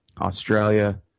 Australia